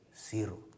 zero